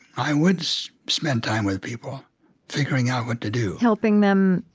i would spend time with people figuring out what to do helping them,